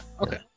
okay